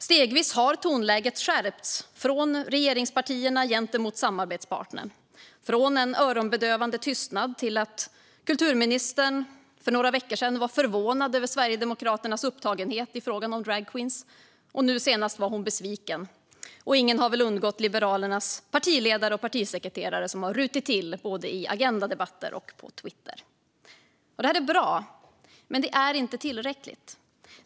Stegvis har tonläget skärpts från regeringspartierna gentemot samarbetspartnern. Det har gått från en öronbedövande tystnad till att kulturministern för några veckor sedan var förvånad över Sverigedemokraternas upptagenhet i fråga om dragqueens, och nu senast var hon besviken. Och ingen har väl undgått Liberalernas partiledare och partisekreterare som har rutit till både i Agenda debatter och på Twitter. Detta är bra, men det är inte tillräckligt.